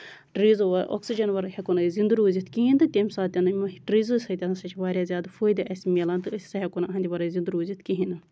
ٹریٖزَو وَ اوکسِجَن وَرٲے ہٮ۪کَو نہٕ أسۍ زِندٕ روٗزِتھ کِہیٖنۍ تہٕ تَمہِ ساتہٕ تہٕ یَِو ٹریٖزو سۭتۍ چھُ اَسہِ واریاہ زیادٕ فٲیدٕ اسہِ مِلان تہٕ أسۍ ہسا ہٮ۪کَو نہٕ یِہندِ وَرٲے زِندٕ روٗزِتھ کِہیٖنۍ نہٕ